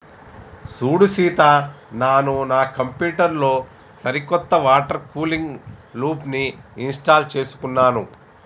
సూడు సీత నాను నా కంప్యూటర్ లో సరికొత్త వాటర్ కూలింగ్ లూప్ని ఇంస్టాల్ చేసుకున్నాను